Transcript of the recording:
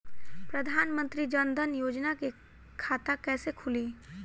प्रधान मंत्री जनधन योजना के खाता कैसे खुली?